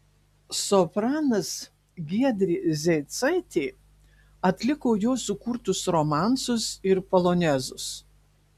sopranas giedrė zeicaitė atliko jo sukurtus romansus ir polonezus